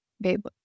babe